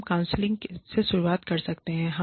हम काउंसलिंग से शुरुआत कर सकते थे